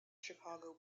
chicago